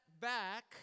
back